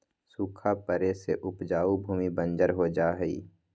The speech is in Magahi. सूखा पड़े से उपजाऊ भूमि बंजर हो जा हई